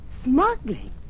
Smuggling